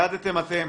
העדתם אתם